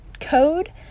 code